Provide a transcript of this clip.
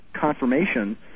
confirmation